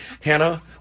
Hannah